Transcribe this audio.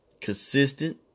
consistent